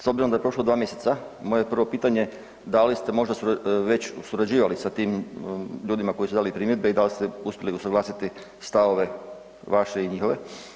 S obzirom da je prošlo 2 mjeseca, moje je prvo pitanje da li ste možda već surađivali sa tim ljudima koji su dali primjedbe i da li ste uspjeli usuglasiti stavove vaše i njihove?